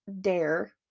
dare